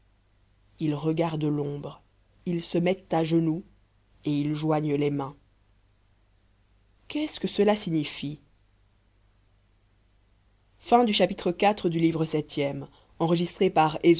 ils regardent l'ombre ils se mettent à genoux et ils joignent les mains qu'est-ce que cela signifie